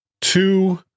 two